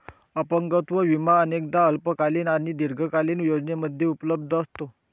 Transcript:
अपंगत्व विमा अनेकदा अल्पकालीन आणि दीर्घकालीन योजनांमध्ये उपलब्ध असतो